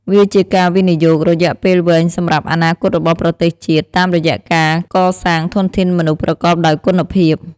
វាជាការវិនិយោគរយៈពេលវែងសម្រាប់ អនាគតរបស់ប្រទេសជាតិ តាមរយៈការកសាងធនធានមនុស្សប្រកបដោយគុណភាព។